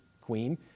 queen